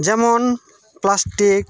ᱡᱮᱢᱚᱱ ᱯᱮᱞᱟᱥᱴᱤᱠ